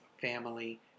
family